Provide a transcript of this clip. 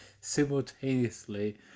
simultaneously